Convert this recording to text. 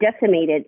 decimated